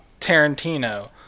Tarantino